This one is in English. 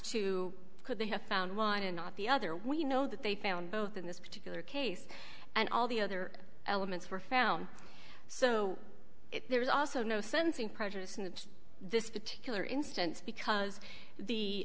could they have found one and not the other we know that they found both in this particular case and all the other elements were found so there was also no sense in prejudice and in this particular instance because